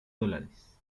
dólares